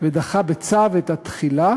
ודחה בצו את התחילה